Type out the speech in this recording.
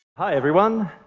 hi, everyone.